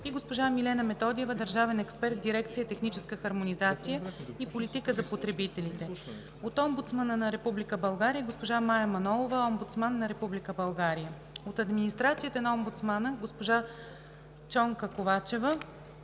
и госпожа Милена Методиева – държавен експерт в дирекция „Техническа хармонизация и политика за потребителите“; от Омбудсмана на Република България – госпожа Мая Манолова – Омбудсман на Република България; от администрацията на Омбудсмана – госпожа Чонка Ковачева,